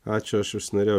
ačiū aš norėjau